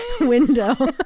window